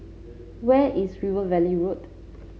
where is River Valley Road